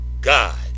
God